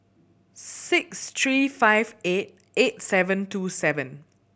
six three five eight eight seven two seven